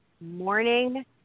morning